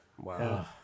wow